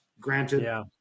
Granted